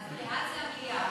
אז בעד זה המליאה.